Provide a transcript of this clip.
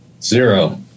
Zero